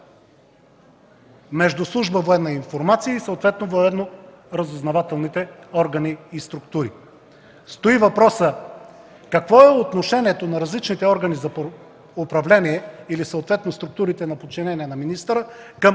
между служба „Военна информация” и военноразузнавателните органи и структури. Стои въпросът: какво е отношението на различните органи за управление или съответно структурите на подчинение към министъра към